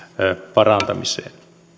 parantamiseen